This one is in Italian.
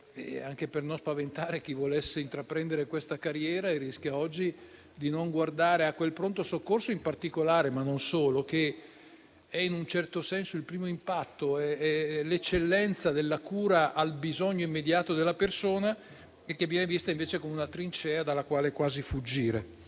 anche per non spaventare chi volesse intraprendere questa carriera e rischia oggi di non guardare a quel pronto soccorso in particolare, ma non solo, che è in un certo senso il primo impatto e l'eccellenza della cura al bisogno immediato della persona e che viene vista invece con una trincea dalla quale quasi fuggire.